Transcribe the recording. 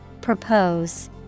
Propose